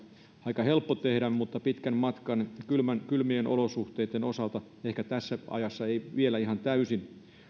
aika helppo tehdä mutta pitkän matkan ja kylmien olosuhteiden osalta tässä ajassa ei ehkä vielä ihan täysin